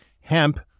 hemp